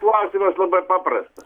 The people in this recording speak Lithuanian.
klausimas labai paprastas